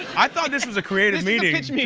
i thought this was a creative meetings.